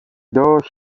dough